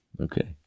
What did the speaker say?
Okay